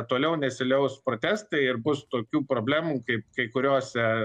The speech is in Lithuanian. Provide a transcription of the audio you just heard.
toliau nesiliaus protestai ir bus tokių problemų kaip kai kuriose